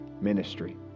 ministry